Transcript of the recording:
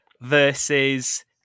versus